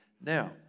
Now